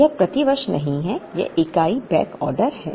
यह प्रति वर्ष नहीं है यह इकाई बैकऑर्डर है